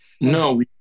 No